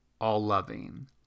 all-loving